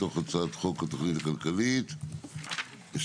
מתוך הצעת חוק התוכנית הכלכלית (תיקוני חקיקה